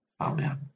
Amen